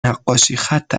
نقاشیخط